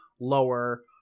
lower